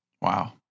Wow